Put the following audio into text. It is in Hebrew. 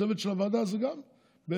הצוות של הוועדה זה גם בעצם,